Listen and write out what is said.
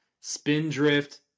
Spindrift